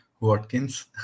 watkins